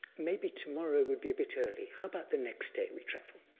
maybe tomorrow would be a bit early. how about the next day we travel?